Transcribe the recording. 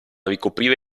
ricoprire